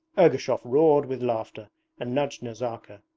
ergushov roared with laughter and nudged nazarka.